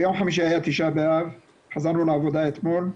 ביום חמישי היה ט' באב, חזרנו לעבודה אתמול,